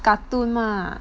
cartoon 吗